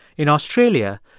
in australia,